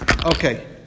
Okay